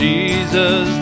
Jesus